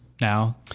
now